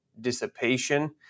dissipation